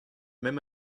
même